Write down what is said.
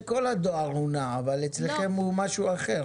בעוטף יש לנו שני מפעלים מאוד רציניים.